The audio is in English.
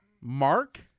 Mark